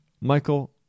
Michael